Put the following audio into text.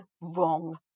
wrong